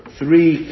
three